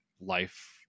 life